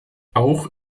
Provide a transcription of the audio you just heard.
auch